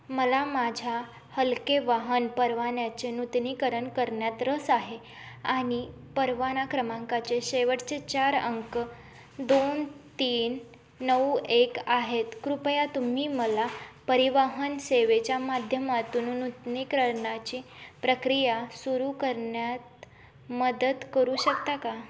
मला माझ्या हलके वाहन परवान्याचे नूतनीकरण करण्यात रस आहे आणि परवाना क्रमांकाचे शेवटचे चार अंक दोन तीन नऊ एक आहेत कृपया तुम्ही मला परिवहन सेवेच्या माध्यमातून नूतनीकरणाची प्रक्रिया सुरू करण्यात मदत करू शकता का